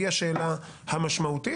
היא השאלה המשמעותית.